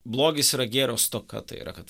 blogis yra gėrio stoka tai yra kad